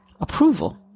approval